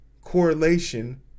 correlation